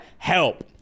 Help